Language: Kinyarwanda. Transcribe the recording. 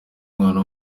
umwana